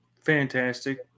Fantastic